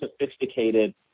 sophisticated